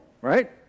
right